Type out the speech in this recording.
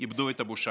איבדו את הבושה.